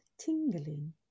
tingling